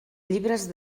llibres